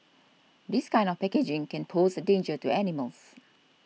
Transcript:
this kind of packaging can pose a danger to animals